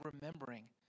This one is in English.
remembering